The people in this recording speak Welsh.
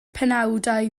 penawdau